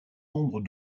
nombre